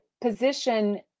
position